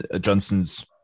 Johnson's